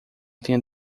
tenha